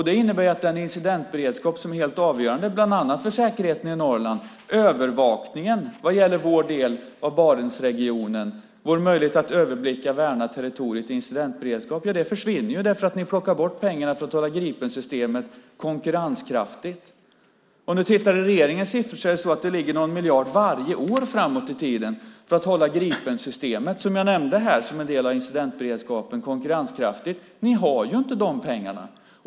Det innebär att den incidentberedskap som är helt avgörande bland annat för säkerheten i Norrland, övervakningen av vår del av Barentsregionen, vår möjlighet att överblicka och värna territoriet i incidentberedskap försvinner därför att ni plockar bort pengarna som håller Gripensystemet konkurrenskraftigt. Tittar man i regeringens siffror ligger det någon miljard varje år framåt i tiden för att hålla Gripensystemet, som jag nämnde här som en del av incidentberedskapen, konkurrenskraftigt. Ni har inte de pengarna.